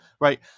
right